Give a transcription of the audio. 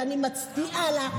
ואני מצדיעה לה.